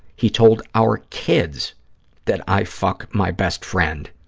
he told our kids that i fuck my best friend,